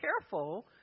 careful